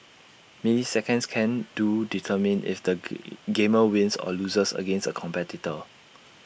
milliseconds can do determine if the gamer wins or loses against A competitor